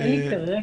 אין לי כרגע.